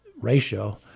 ratio